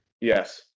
Yes